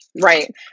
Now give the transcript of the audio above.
right